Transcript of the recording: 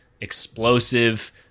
explosive